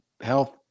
health